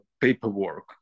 paperwork